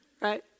right